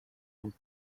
ans